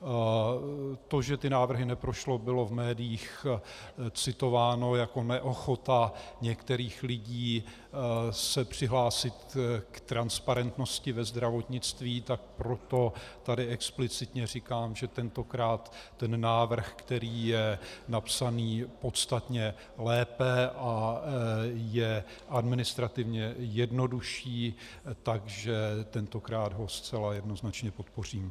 To, že ty návrhy neprošly, bylo v médiích citováno jako neochota některých lidí se přihlásit k transparentnosti ve zdravotnictví, tak proto tady explicitně říkám, že tentokrát návrh, který je napsán podstatně lépe a je administrativně jednodušší, zcela jednoznačně podpořím.